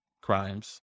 crimes